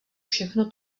všechno